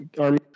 army